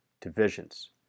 divisions